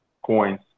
Coins